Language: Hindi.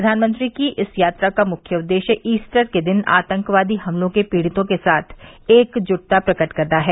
प्रधानमंत्री की इस यात्रा का मुख्य उद्देश्य ईस्टर के दिन आतंकवादी हमलों के पीडितों के साथ एकजुटता प्रकट करना है